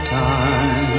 time